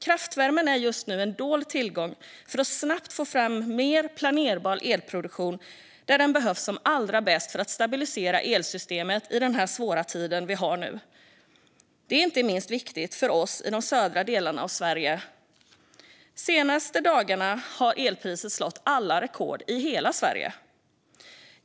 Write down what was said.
Kraftvärmen är just nu en dold tillgång för att snabbt få fram mer planerbar elproduktion där den behövs som allra mest för att stabilisera elsystemet i den svåra tid som vi befinner oss i nu. Det är inte minst viktigt för oss i de södra delarna av Sverige. De senaste dagarna har elpriset slagit alla rekord i hela Sverige.